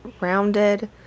rounded